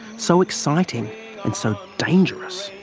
so exciting and so dangerous.